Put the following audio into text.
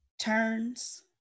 turns